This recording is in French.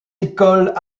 écoles